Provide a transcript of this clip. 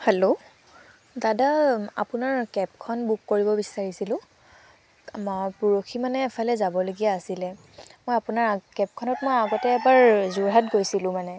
hello দাদা আপোনাৰ কেবখন বুক কৰিব বিচাৰিছিলোঁ মই পৰহি মানে এফালে যাবলগীয়া আছিলে অঁ আপোনাৰ কেবখনত মই আগতে এবাৰ যোৰহাট গৈছিলোঁ মানে